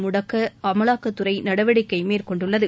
முடக்க அமலாக்கத்துறை நடவடிக்கை மேற்கொண்டுள்ளது